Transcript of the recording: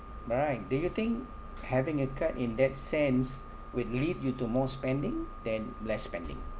right do you think having a card in that sense would lead you to more spending than less spending